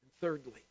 Thirdly